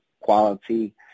quality